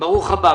ברוך הבא.